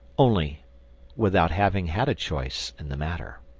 only without having had a choice in the matter.